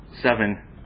seven